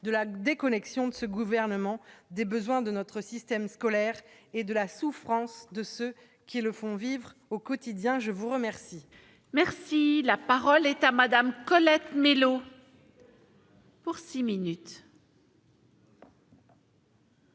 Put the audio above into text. de la déconnexion de ce gouvernement, des besoins de notre système scolaire et de la souffrance de ceux qui le font vivre au quotidien, je vous remercie. Merci, la parole est à Madame Colette Mélot. Pour 6 minutes.